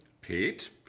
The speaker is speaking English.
Pete